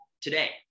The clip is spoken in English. today